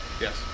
yes